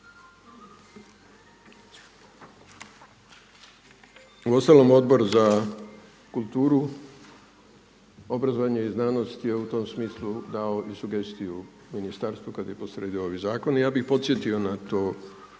Uostalom Odbor za kulturu, obrazovanje i znanost je u tom smislu dao i sugestiju ministarstvu kad je posrijedi ovaj zakon.